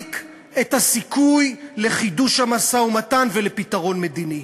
ולהרחיק את הסיכוי לחידוש המשא-ומתן ולפתרון מדיני,